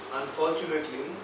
unfortunately